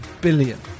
billion